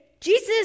Jesus